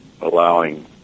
allowing